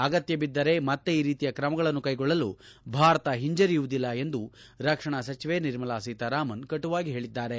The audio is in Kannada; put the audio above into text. ಆಗತ್ಯ ಬಿದ್ದರೆ ಮತ್ತೆ ಈ ರೀತಿಯ ಕ್ರಮಗಳನ್ನು ಕೈಗೊಳ್ಳಲು ಭಾರತ ಹಿಂಜರಿಯುವುದಿಲ್ಲ ಎಂದು ರಕ್ಷಣಾ ಸಚಿವೆ ನಿರ್ಮಲಾ ಸೀತಾರಾಮನ್ ಕಟುವಾಗಿ ಹೇಳಿದ್ದಾರೆ